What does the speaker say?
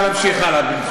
אפשר להמשיך הלאה מבחינתי.